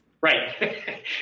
right